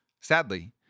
Sadly